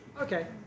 Okay